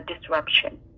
disruption